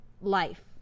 life